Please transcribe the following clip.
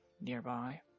nearby